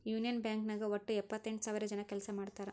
union Bank ನಾಗ್ ವಟ್ಟ ಎಪ್ಪತ್ತೆಂಟು ಸಾವಿರ ಜನ ಕೆಲ್ಸಾ ಮಾಡ್ತಾರ್